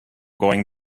going